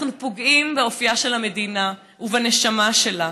אנחנו פוגעים באופייה של המדינה ובנשמה שלה.